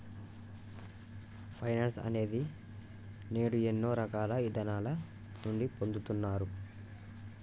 finance అనేది నేడు ఎన్నో రకాల ఇదానాల నుండి పొందుతున్నారు